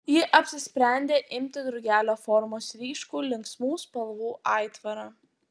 ji apsisprendė imti drugelio formos ryškų linksmų spalvų aitvarą